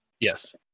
yes